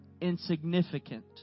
insignificant